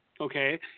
Okay